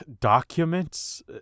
Documents